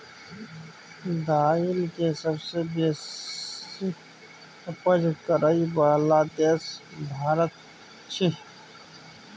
दाइल के सबसे बेशी उपज करइ बला देश भारत छइ